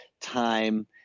time